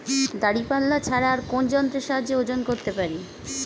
দাঁড়িপাল্লা ছাড়া আর কোন যন্ত্রের সাহায্যে ওজন করতে পারি?